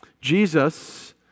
Jesus